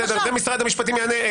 משרד המשפטים יענה.